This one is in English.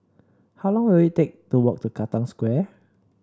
how long will it take to walk to Katong Square